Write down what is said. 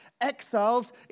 exiles